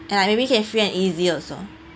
and like maybe can free and easy also